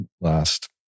last